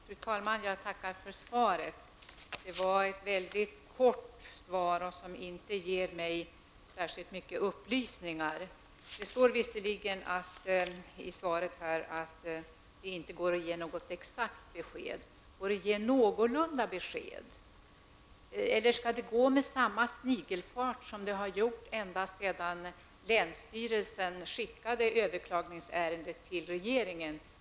Fru talman! Jag tackar för svaret, som var väldigt kort och som inte ger mig särskilt mycket upplysning. Visserligen står det i svaret att det inte går att ge något exakt besked. Men går det att ge ett någorlunda exakt besked? Eller skall ärendet behandlas med samma snigelfart som hittills har varit fallet ända sedan länsstyrelsen skickade överklagningsärendet till regeringen?